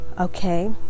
okay